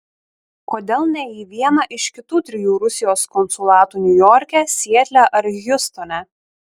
kodėl ne į vieną iš kitų trijų rusijos konsulatų niujorke sietle ar hjustone